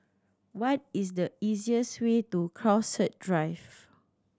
what is the easiest way to Crowhurst Drive